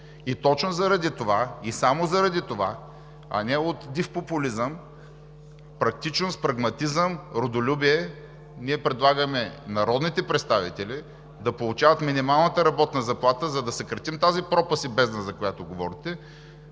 Точно заради това и само заради това, а не от див популизъм – практичност, прагматизъм, родолюбие, ние предлагаме народните представители да получават минималната работна заплата, за да съкратим тази пропаст и бездна, за която говорите,